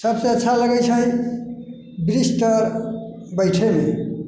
सबसँ अच्छा लगै छै वृक्षतर बैठैमे